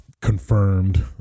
confirmed